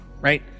right